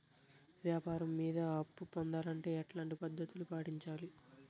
వ్యాపారం మీద అప్పు పొందాలంటే ఎట్లాంటి పద్ధతులు పాటించాలి?